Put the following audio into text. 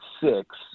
six